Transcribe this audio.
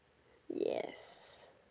yes